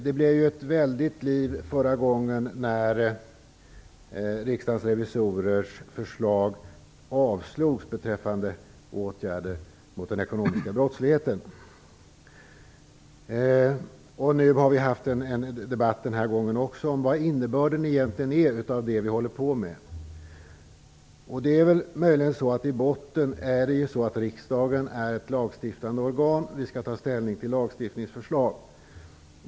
Det blev ju ett väldigt liv förra gången riksdagsrevisorernas förslag beträffande åtgärder mot den ekonomiska brottsligheten avslogs. Också den här gången har vi haft en debatt om vad som är den egentliga innebörden i det vi håller på med. Möjligen är det i grund och botten så att riksdagen är ett lagstiftande organ. Vi skall ta ställning till lagstiftningsförslag.